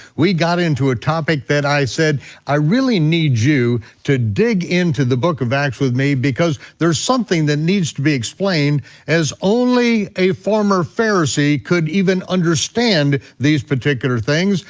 we got into a topic that i said i really need you to dig into the book of acts with me because there's something that needs to be explained as only a former pharisee could even understand these particular things.